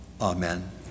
Amen